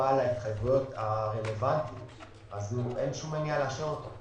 מפל ההתחייבויות הרלוונטי אז אין שום מניעה לאשר אותו.